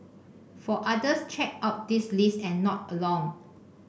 for others check out this list and nod along